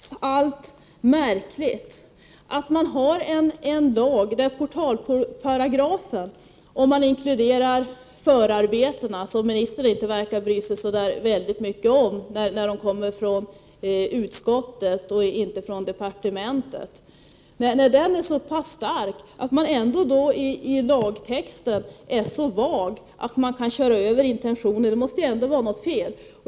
Herr talman! Det är trots allt märkligt att man har en lag, där portalparagrafen är så pass stark — om man inkluderar förarbetena, som ministern inte verkar bry sig så mycket om, när de kommer från utskottet och inte från departementet — men där lagtexten är så vag, att det går att köra över lagens intentioner. Det måste vara något fel.